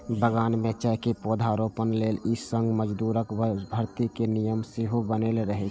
बगान मे चायक पौधारोपण लेल ई संघ मजदूरक भर्ती के नियम सेहो बनेने रहै